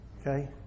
okay